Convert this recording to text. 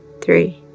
three